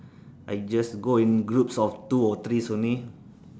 I just go in groups of two or threes only